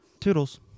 toodles